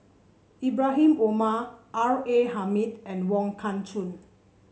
Ibrahim Omar R A Hamid and Wong Kah Chun